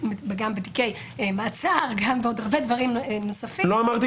גם בתיקי מעצר ובעוד הרבה דברים נוספים --- לא אמרתי